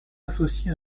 associé